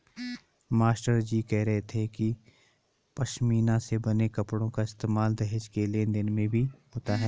मास्टरजी कह रहे थे कि पशमीना से बने कपड़ों का इस्तेमाल दहेज के लेन देन में भी होता था